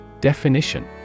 Definition